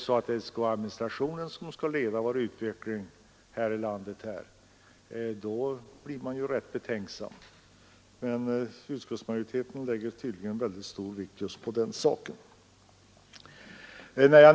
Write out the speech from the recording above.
Skall administrationen leda utvecklingen här i landet blir man rätt betänksam, men utskottsmajoriteten lägger tydligen väldigt stor vikt just vid den saken.